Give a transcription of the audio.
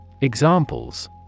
Examples